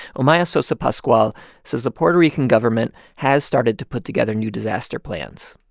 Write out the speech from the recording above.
omaya sosa pascual says the puerto rican government has started to put together new disaster plans.